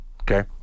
Okay